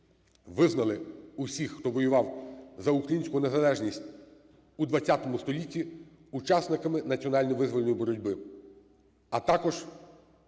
визнали всіх, хто воював за українську незалежність у ХХ столітті, учасниками національно-визвольної боротьби, а також